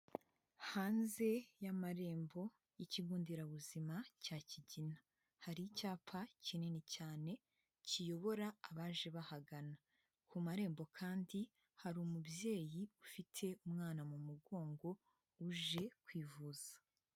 Hanze y'amarembo y'ikigo nderabuzima cya Kigina, hari icyapa kinini cyane kiyobora abaje bahagana. Ku marembo kandi hari umubyeyi ufite umwana mu mugongo uje kwivuza.